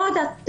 לא יודעת,